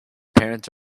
parents